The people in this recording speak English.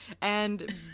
and-